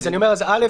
אני אומר: א',